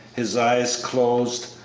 his eyes closed,